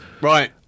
right